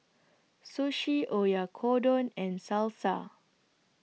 Sushi Oyakodon and Salsa